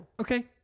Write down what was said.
Okay